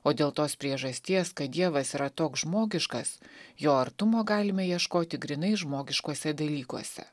o dėl tos priežasties kad dievas yra toks žmogiškas jo artumo galime ieškoti grynai žmogiškuose dalykuose